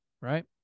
right